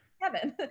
Kevin